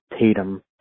Tatum